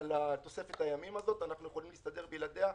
על תוספת הימים הזאת, אנחנו יכולים להסתדר בלעדיה.